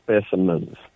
specimens